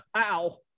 Ow